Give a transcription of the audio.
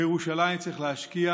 בירושלים צריך להשקיע,